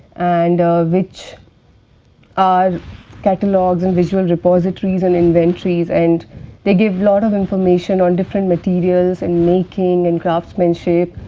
and which are catalogues and visual repositories and inventories and they give lot of information on different materials and making and craftsmanship,